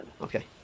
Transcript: Okay